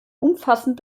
umfassend